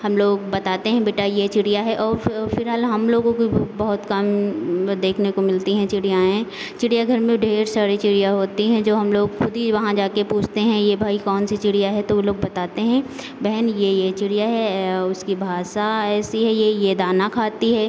हम लोग बताते हैं बेटा ये चिड़िया है और फिलहाल हम लोगों को भी बहुत कम देखने को मिलती है चिड़िया चिड़ियाघर में ढेर सारी चिड़िया होती हैं जो हम लोग खुद ही वहाँ जाके पूछते हैं ये भाई कौन सी चिड़िया है तो वो लोग बताते हैं बहन ये ये चिड़िया है उसकी भाषा ऐसी है ये ये दाना खाती है